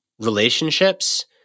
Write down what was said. relationships